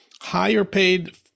Higher-paid